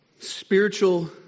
Spiritual